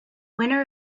winner